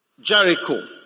Jericho